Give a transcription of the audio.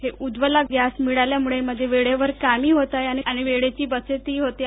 हा ज्वला गॅस मिळाल्यामुळे माझं वेळेवर कामही होत आहे आणि वेळेची बचतही होत आहे